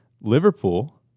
liverpool